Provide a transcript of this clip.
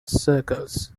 circles